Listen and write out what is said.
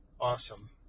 awesome